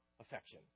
affection